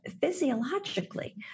physiologically